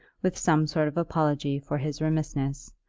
with some sort of apology for his remissness,